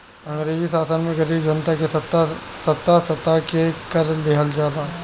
अंग्रेजी शासन में गरीब जनता के सता सता के कर लिहल जाए